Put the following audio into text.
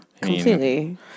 Completely